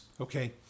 Okay